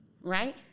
Right